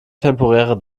temporäre